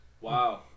Wow